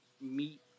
meet